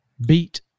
beat